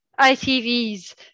ITV's